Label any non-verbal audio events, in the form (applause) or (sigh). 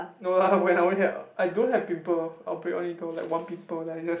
no (laughs) lah when I only had I don't have pimple outbreak only got like one pimple then I just